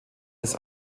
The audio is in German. des